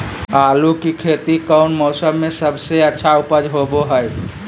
आलू की खेती कौन मौसम में सबसे अच्छा उपज होबो हय?